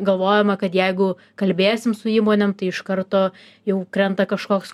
galvojama kad jeigu kalbėsim su įmonėm iš karto jau krenta kažkoks